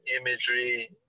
imagery